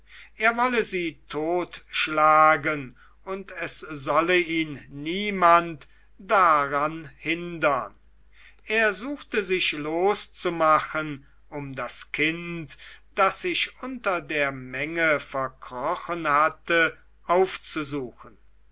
er wolle sie totschlagen und es solle ihn niemand daran hindern er suchte sich loszumachen um das kind das sich unter der menge verkrochen hatte aufzusuchen